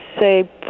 say